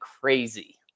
crazy